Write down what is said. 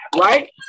right